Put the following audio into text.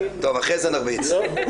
טוב, אחרי זה נרביץ.